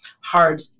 hard